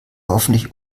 hoffentlich